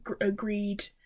agreed